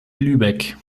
lübeck